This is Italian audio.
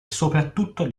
soprattutto